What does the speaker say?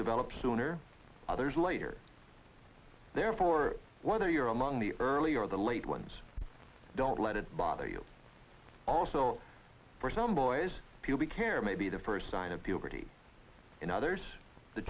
develop sooner others later therefore wonder you're among the earlier the late ones don't let it bother you also for some boys pubic hair may be the first sign of puberty in others the